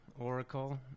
oracle